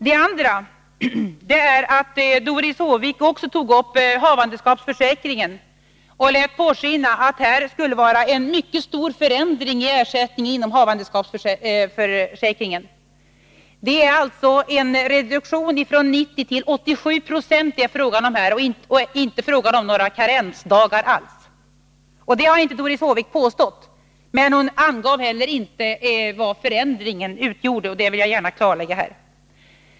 Den andra saken är att Doris Håvik tog upp även havandeskapsförsäkringen och lät påskina att här skulle ske en mycket stor förändring av ersättningen från denna försäkring. Det är fråga om en reduktion från 90 till 87 70. Det rör sig inte om några karensdagar alls, Detta har Doris Håvik inte påstått, men hon angav inte heller vad förändringen bestod av. Detta vill jag gärna klarlägga.